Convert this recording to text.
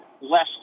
less